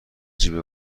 جیب